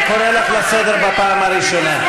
אני קורא אותך לסדר בפעם הראשונה.